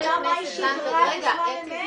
השאלה היא מה היא שידרה בזמן אמת.